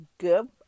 Good